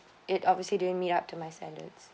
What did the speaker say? it obviously didn't meet up to my standards